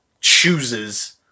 chooses